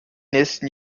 nächsten